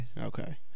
Okay